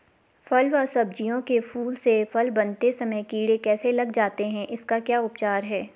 फ़ल व सब्जियों के फूल से फल बनते समय कीड़े कैसे लग जाते हैं इसका क्या उपचार है?